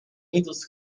muitos